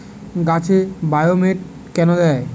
গাছে বায়োমেট কেন দেয়?